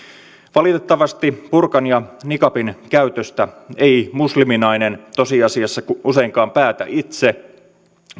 valitettavasti burkan ja niqabin käytöstä ei musliminainen tosiasiassa useinkaan päätä itse